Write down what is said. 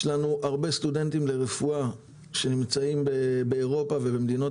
יש לנו הרבה סטודנטים לרפואה שנמצאים באירופה ובמדינות